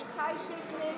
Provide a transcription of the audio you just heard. נגד מיכל שיר סגמן,